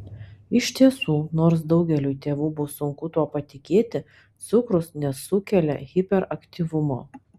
iš tiesų nors daugeliui tėvų bus sunku tuo patikėti cukrus nesukelia hiperaktyvumo